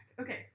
okay